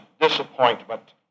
disappointment